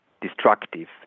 destructive